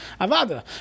Avada